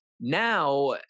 now